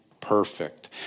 perfect